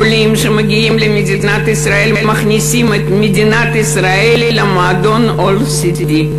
עולים שמגיעים למדינת ישראל מכניסים את מדינת ישראל למועדון ה-OECD.